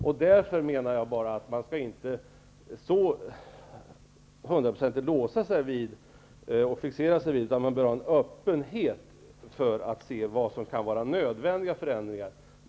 Man skall därför inte låsa sig hundraprocentigt. Man bör ha en öppenhet för att se vilka förändringar som är nödvändiga.